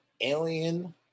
Alien